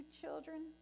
children